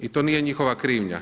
I to nije njihova krivnja.